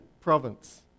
province